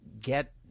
get